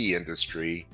industry